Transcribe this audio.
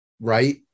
right